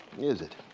is it?